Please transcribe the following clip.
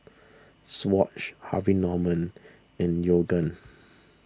Swatch Harvey Norman and Yoogane